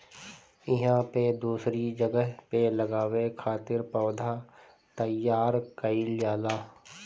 इहां पे दूसरी जगह पे लगावे खातिर पौधा तईयार कईल जाला